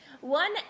one